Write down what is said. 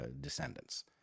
descendants